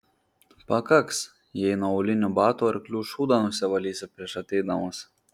pakaks jei nuo aulinių batų arklių šūdą nusivalysi prieš ateidamas